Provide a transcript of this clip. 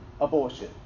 abortion